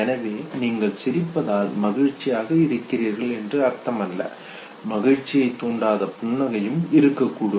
எனவே நீங்கள் சிரிப்பதால் மகிழ்ச்சியாக இருக்கிறீர்கள் என்று அர்த்தமல்ல மகிழ்ச்சியை தூண்டாத புன்னகையும் இருக்கக்கூடும்